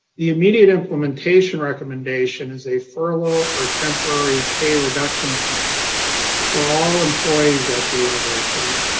the immediate implementation recommendation is a furlough or temporary pay reduction plan for all employees at the university.